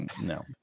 no